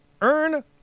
earn